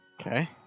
Okay